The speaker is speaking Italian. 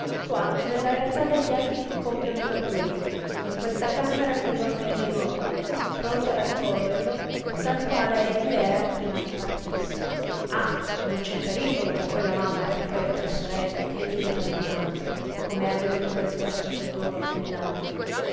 qua nella realtà degli atti che compiono per lui in questa camera che lo attende in ordine pronta ad accoglierlo tal quale egli era prima che partisse ah non c'è pericolo per quella mamma e per quelle tre sorelle ch'egli ritorni un altro com'è avvenuto per il vostro figliuolo a fin d'anno